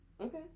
Okay